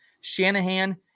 shanahan